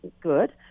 good